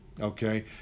Okay